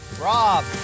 Rob